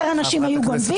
יותר אנשים היו גונבים.